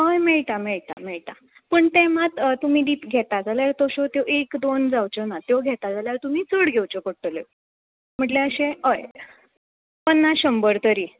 हय मेळटा मेळटा मेळटा पूण तें मात तुमी दीत घेतात जाल्यार तश्यो त्यो एक दोन जावच्यो ना त्यो घेता जाल्यार तुमी चड घेवच्यो पडटल्यो म्हटल्यार अशें हय पन्नास शंबर तरी